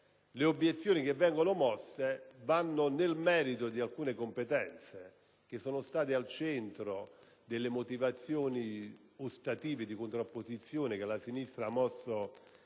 le obiezioni che vengono mosse riguardano poi il merito di alcune competenze, che sono state al centro di motivazioni ostative di contrapposizione che la sinistra ha mosso